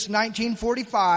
1945